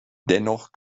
dennoch